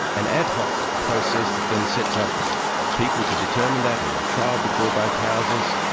an ad hoc process that then sets up people to determine that, or a trial before both houses,